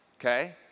okay